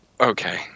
okay